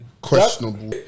questionable